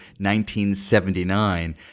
1979